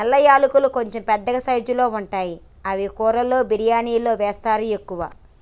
నల్ల యాలకులు కొంచెం పెద్ద సైజుల్లో ఉంటాయి అవి కూరలలో బిర్యానిలా వేస్తరు ఎక్కువ